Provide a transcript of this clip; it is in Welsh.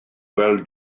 gweld